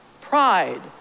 Pride